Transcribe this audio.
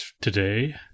today